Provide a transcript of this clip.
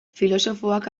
filosofoak